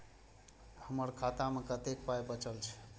हमर खाता मे कतैक पाय बचल छै